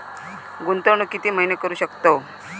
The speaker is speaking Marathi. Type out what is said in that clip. गुंतवणूक किती महिने करू शकतव?